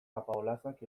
apaolazak